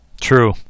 true